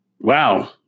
Wow